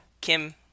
Kim